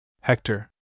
Hector